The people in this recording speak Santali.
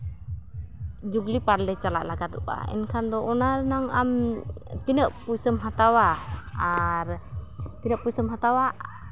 ᱡᱩᱵᱽᱞᱤ ᱯᱟᱨᱠ ᱞᱮ ᱪᱟᱞᱟᱜ ᱞᱟᱜᱟᱫᱚᱜᱼᱟ ᱮᱱᱠᱷᱟᱱ ᱫᱚ ᱚᱱᱟ ᱨᱮᱱᱟᱜ ᱟᱢ ᱛᱤᱱᱟᱹᱜ ᱯᱩᱭᱥᱟᱹᱢ ᱦᱟᱛᱟᱣᱟ ᱟᱨ ᱛᱤᱱᱟᱹᱜ ᱯᱩᱭᱥᱟᱹᱢ ᱦᱟᱛᱟᱣᱟ